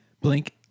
Blink